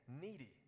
needy